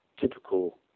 typical